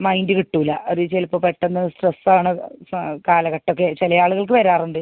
mind കിട്ടില്ല അത് ചിലപ്പോൾ പെട്ടെന്ന് സ്ട്രെസ്സാണ് സ കാലഘട്ടം ഒക്കെ ചില ആളുകൾക്ക് വരാറുണ്ട്